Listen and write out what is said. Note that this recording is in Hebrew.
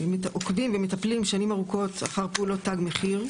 עוקבים ומטפלים שנים ארוכות אחר פעולות תג מחיר,